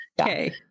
Okay